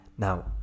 Now